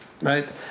right